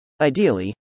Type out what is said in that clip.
Ideally